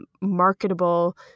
marketable